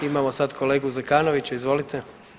Imamo sad kolegu Zekanovića, izvolite.